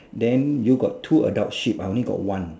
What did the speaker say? then you got two adult sheep I only got one